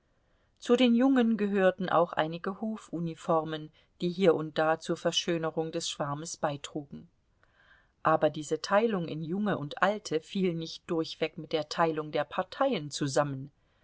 zu den jungen gehörten auch einige hofuniformen die hier und da zur verschönerung des schwarmes beitrugen aber diese teilung in junge und alte fiel nicht durchweg mit der teilung der parteien zusammen